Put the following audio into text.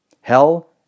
hell